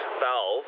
valve